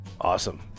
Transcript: Awesome